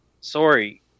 sorry